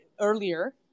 earlier